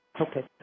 Okay